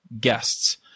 guests